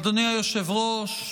אדוני היושב-ראש,